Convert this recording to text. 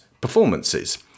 performances